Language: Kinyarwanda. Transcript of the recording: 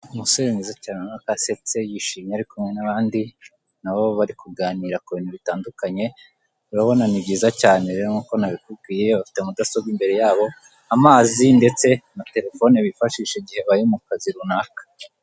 Umusore mwiza cyane asetse yishimye ari kumwe n'abandi nabo bari kuganira ku bintu bitandukanye turabona ni byiza cyane rero nk'uko nabikubwiye bafite mudasobwa imbere yabo amazi ndetse na telefone bifashisha igihe bari mu kazi runaka.